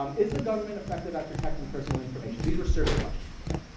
um is the government effective at protecting personal information? these were survey questions, okay?